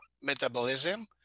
metabolism